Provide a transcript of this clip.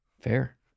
fair